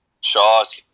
Shaw's